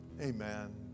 Amen